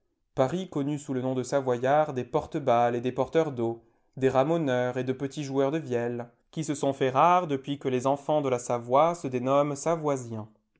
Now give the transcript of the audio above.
paris connut sous le nom de savoyards des porte balles et des porteurs d'eau des ramoneurs et de petits joueurs de vielle qui se sont faits rares depuis que les enfants de la savoie se dénomment savoisiens